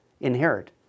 inherit